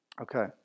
Okay